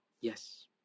Yes